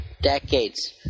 decades